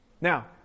Now